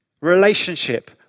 Relationship